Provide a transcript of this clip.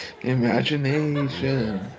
Imagination